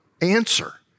answer